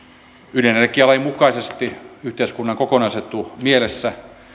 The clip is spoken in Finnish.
ydinenergialain mukaisesti yhteiskunnan kokonaisetu mielessä